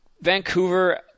Vancouver